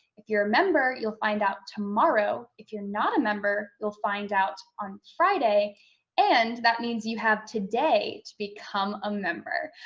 if you're a member, you'll find out tomorrow. if you're not a member, you'll find out on friday and that means you have today to become a member.